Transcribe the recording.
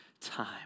time